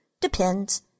Depends